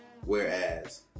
whereas